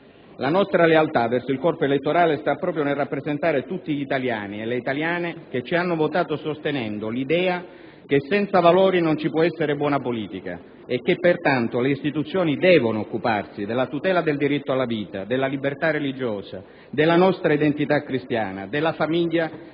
La nostra lealtà verso il corpo elettorale sta proprio nel rappresentare tutti gli italiani e le italiane che ci hanno votato sostenendo l'idea che senza valori non ci può essere buona politica e che, pertanto, le istituzioni devono occuparsi della tutela del diritto alla vita, della libertà religiosa, della nostra identità cristiana, della famiglia